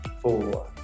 four